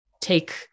take